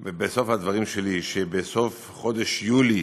בסוף הדברים שלי שבסוף חודש יולי,